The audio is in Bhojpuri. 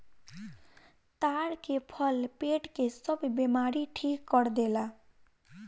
ताड़ के फल पेट के सब बेमारी ठीक कर देला